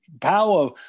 power